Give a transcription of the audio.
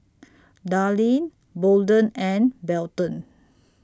Darline Bolden and Belton